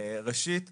ראשית - כן,